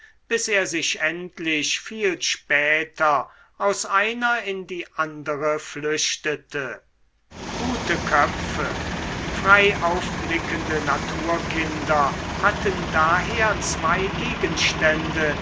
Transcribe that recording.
bis er sich endlich viel später aus einer in die andere flüchtete gute köpfe freiaufblickende naturkinder hatten daher zwei gegenstände